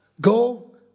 Go